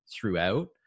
throughout